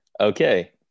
Okay